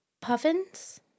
puffins